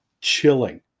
chilling